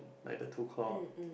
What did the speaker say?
like the two claw